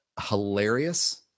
hilarious